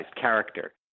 character